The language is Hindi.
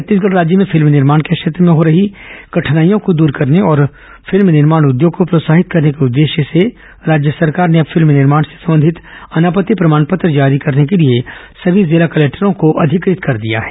छत्तीसगढ़ राज्य में फिल्म निर्माण के क्षेत्र में हो रही कठिनाईयों को दूर करने और फिल्म निर्माण उद्योग को प्रोत्साहित करने के उद्देश्य से राज्य सरकार ने अब फिल्म निर्माण से संबंधित अनापत्ति प्रमाण पत्र जारी करने के लिए सभी जिला कलेक्टरों को अधिकृत कर दिया है